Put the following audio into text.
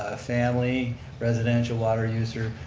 ah family residential water user,